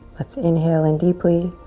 let's inhale in deeply.